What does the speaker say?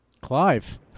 Clive